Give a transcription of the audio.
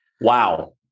Wow